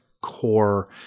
core